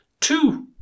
two